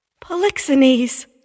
Polixenes